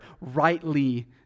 rightly